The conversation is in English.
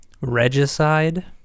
Regicide